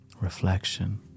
reflection